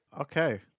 Okay